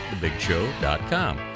thebigshow.com